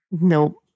Nope